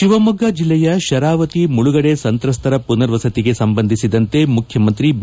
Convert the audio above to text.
ಶಿವಮೊಗ್ಗ ಜಿಲ್ಲೆಯ ಶರಾವತಿ ಮುಳುಗಡೆ ಸಂತ್ರಸ್ತರ ಪುನರ್ವಸತಿಗೆ ಸಂಬಂಧಿಸಿದಂತೆ ಮುಖ್ಯಮಂತ್ರಿ ಬಿ